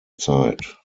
zeit